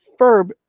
Ferb